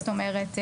זאת אומרת,